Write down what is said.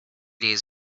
days